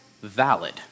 valid